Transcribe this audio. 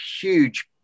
huge